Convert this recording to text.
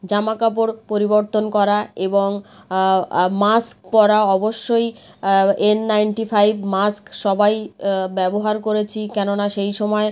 জামা কাপড় পরিবর্তন করা এবং মাস্ক পরা অবশ্যই এন নাইনটি ফাইভ মাস্ক সবাই ব্যবহার করেছি কেননা সেই সমায়